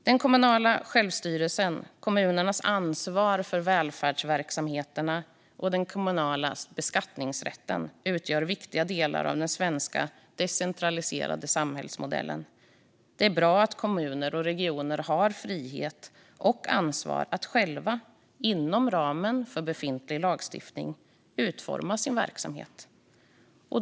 Det kommunala självstyret, kommunernas ansvar för välfärdsverksamheterna och den kommunala beskattningsrätten utgör viktiga delar av den svenska decentraliserade samhällsmodellen. Det är bra att kommuner och regioner har frihet och ansvar att själva, inom ramen för befintlig lagstiftning, utforma sin verksamhet.